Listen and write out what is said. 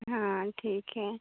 हाँ ठीक है